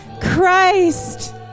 Christ